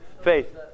Faith